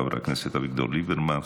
חבר הכנסת אביגדור ליברמן,